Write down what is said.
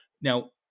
now